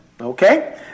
Okay